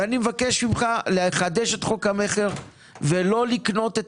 אני מבקש ממך לחדש את חוק המכר ולא לקנות את